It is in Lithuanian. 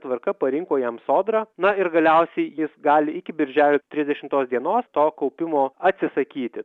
tvarka parinko jam sodra na ir galiausiai jis gali iki birželio trisdešimtos dienos to kaupimo atsisakyti